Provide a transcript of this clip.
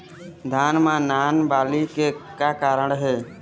धान म नान बाली के का कारण हे?